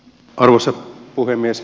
arvoisa puhemies